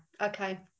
Okay